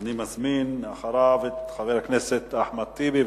אני מזמין את חבר הכנסת אחמד טיבי,